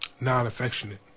non-affectionate